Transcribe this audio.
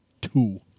Two